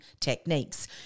techniques